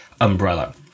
umbrella